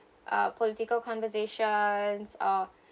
a political conversations or